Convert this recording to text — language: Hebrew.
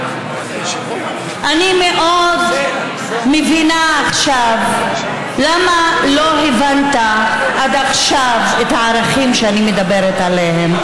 אני מאוד מבינה עכשיו למה לא הבנת עד עכשיו את הערכים שאני מדברת עליהם.